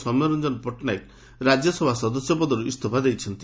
ସୌମରଞ୍ଞନ ପଟ୍ଟନାୟକ ରାଜ୍ୟସଭା ସଦସ୍ୟ ପଦରୁ ଇସ୍ତଫା ଦେଇଛନ୍ତି